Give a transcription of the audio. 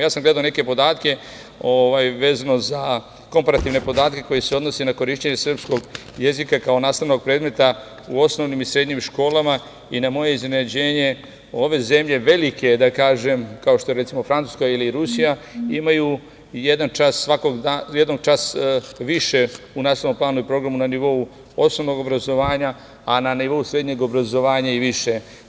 Ja sam gledao neke komparativne podatke koji se odnose na korišćenje srpskog jezika kao nastavnog predmeta u osnovnim i srednjim školama i na moje iznenađenje ove zemlje velike, kao što je Francuska ili Rusija, imaju jedan čas više u nastavnom planu i programu na nivou osnovnog obrazovanja, a na nivou srednjeg obrazovanja i više.